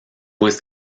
was